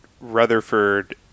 rutherford